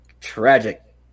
tragic